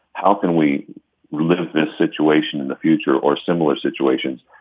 how can we relive this situation in the future or similar situations?